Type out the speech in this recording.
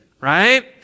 right